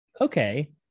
okay